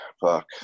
fuck